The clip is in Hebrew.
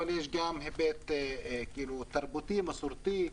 אבל יש גם היבט תרבותי, מסורתי.